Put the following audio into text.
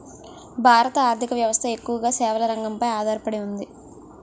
భారత ఆర్ధిక వ్యవస్థ ఎక్కువగా సేవల రంగంపై ఆధార పడి ఉంది